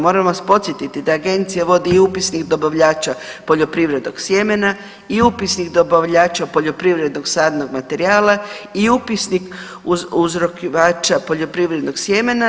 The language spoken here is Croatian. Moram vas podsjetiti da Agencija vodi i upisnik dobavljača poljoprivrednog sjemena, i upisnik dobavljača poljoprivrednog sadnog materijala i upisnik uzrokivača poljoprivrednog sjemena.